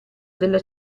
della